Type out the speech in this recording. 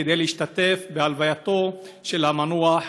כדי להשתתף בהלווייתו של המנוח